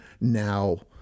now